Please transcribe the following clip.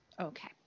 Okay